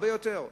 הרבה יותר.